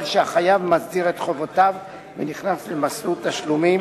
שהחייב מסדיר את חובותיו ונכנס למסלול תשלומים,